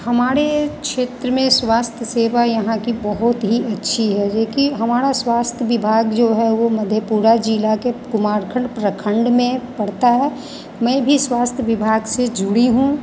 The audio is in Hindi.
हमारे क्षेत्र में स्वास्थ्य सेवा यहाँ की बहुत ही अच्छी है लेकिन हमारा स्वास्थ्य विभाग जो है वो मधेपुरा जिला के कुमारखंड प्रखंड में पड़ता है मैं भी स्वास्थ्य विभाग से जुडी हूँ